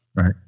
Right